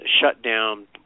shutdown